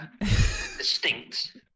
distinct